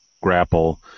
grapple